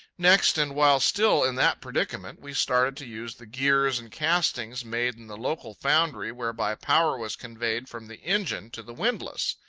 next, and while still in that predicament, we started to use the gears and castings made in the local foundry whereby power was conveyed from the engine to the windlass.